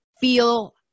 feel